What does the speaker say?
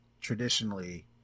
traditionally